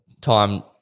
time